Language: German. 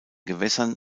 gewässern